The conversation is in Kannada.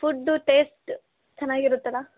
food taste ಚೆನ್ನಾಗಿರುತ್ತಲ್ಲಾ